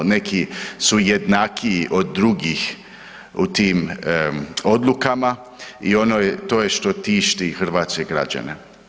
Neki su jednakiji od drugih u tim odlukama i to je ono što tišti hrvatske građane.